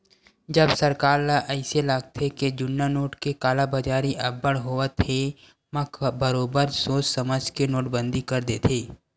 जब सरकार ल अइसे लागथे के जुन्ना नोट के कालाबजारी अब्बड़ होवत हे म बरोबर सोच समझ के नोटबंदी कर देथे